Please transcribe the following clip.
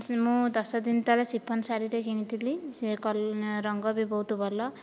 ମୁଁ ଦଶ ଦିନ ତଳେ ସିଫନ୍ ଶାଢ଼ୀ ଟେ କିଣିଥିଲି ସେ ରଙ୍ଗ ବି ବହୁତ ଭଲ